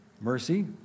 mercy